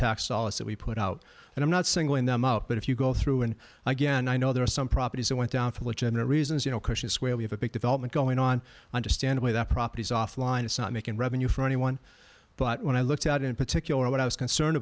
tax dollars that we put out and i'm not singling them out but if you go through and again i know there are some properties they went down to which and the reason is you know cautious where we have a big development going on understandably that properties offline is not making revenue for anyone but when i looked out in particular what i was concerned